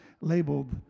labeled